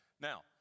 Now